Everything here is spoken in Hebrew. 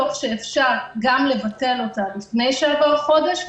תוך שאפשר גם לבטל אותה לפני שעבר חודש,